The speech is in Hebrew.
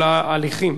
הוא מכיר את הנושא.